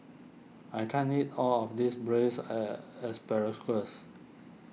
I can't eat all of this Braised a Asparagus